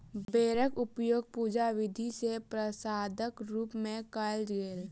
बेरक उपयोग पूजा विधि मे प्रसादक रूप मे कयल गेल